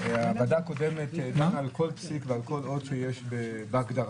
הוועדה הקודמת דנה על כל פסיק ועל כל אות שיש בהגדרה,